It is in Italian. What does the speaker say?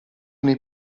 nei